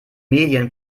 medien